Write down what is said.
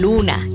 Luna